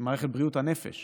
הנפש